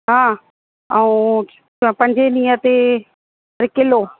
हा ऐं पंजे ॾींह ते बि किलो